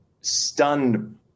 stunned